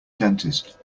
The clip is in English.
dentist